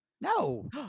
No